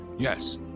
Yes